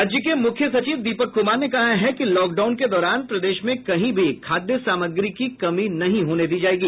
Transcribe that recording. राज्य के मुख्य सचिव दीपक कुमार ने कहा है कि लॉकडाउन के दौरान प्रदेश में कहीं भी खाद्य सामग्री की कमी नहीं होने दी जायेगी